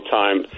time